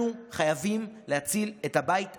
אנחנו חייבים להציל את הבית עכשיו.